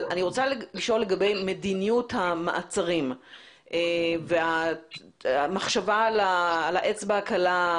אני רוצה לשאול לגבי מדיניות המעצרים והמחשבה על האצבע הקלה,